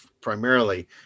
primarily